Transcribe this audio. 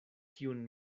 kiun